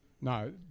No